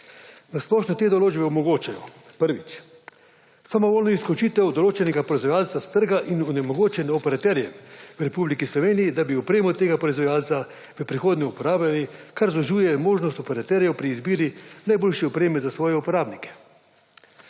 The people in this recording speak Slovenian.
Na splošno te določbe omogočajo, prvič, samovoljno izključitev določenega proizvajalca s trga in onemogočanje operaterjem v Republiki Sloveniji, da bi opremo tega proizvajalca v prihodnje uporabljali, kar zožuje možnost operaterjev pri izbiri najboljše opreme za svoje uporabnike;